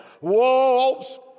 wolves